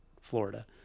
florida